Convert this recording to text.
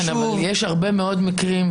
אבל יש הרבה מאוד מקרים,